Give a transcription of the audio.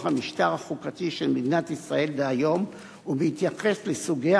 המשטר החוקתי של מדינת ישראל דהיום ובהתייחס לסוגי